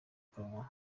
kanwa